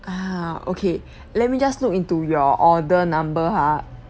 ah okay let me just look into your order number ha